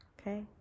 Okay